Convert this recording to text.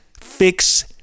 Fix